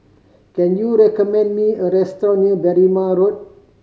can you recommend me a restaurant near Berrima Road